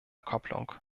kopplung